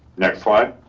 next slide.